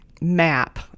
map